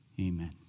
Amen